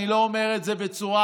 אני לא אומר את זה לגנאי.